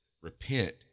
repent